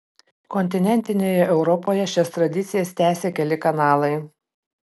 kontinentinėje europoje šias tradicijas tęsia keli kanalai